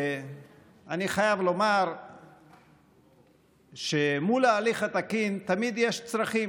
אני חייב לומר שמול ההליך התקין תמיד יש צרכים,